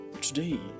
today